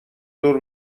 دور